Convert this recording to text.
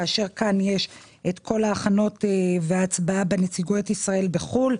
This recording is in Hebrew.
כאן יש את כל ההכנות וההצבעה בנציגויות ישראל בחו"ל.